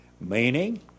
Meaning